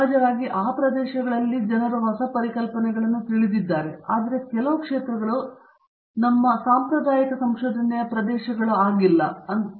ಸಹಜವಾಗಿ ಈ ಪ್ರದೇಶಗಳಲ್ಲಿ ಕೂಡ ಜನರು ಹೊಸ ಪರಿಕಲ್ಪನೆಗಳನ್ನು ತಿಳಿದಿದ್ದಾರೆ ಆದರೆ ಕೆಲವು ಕ್ಷೇತ್ರಗಳು ನಾವು ಸಂಶೋಧನೆಯ ಸಾಂಪ್ರದಾಯಿಕ ಪ್ರದೇಶಗಳಾಗಿ ಕರೆಯುತ್ತೇವೆ